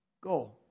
Go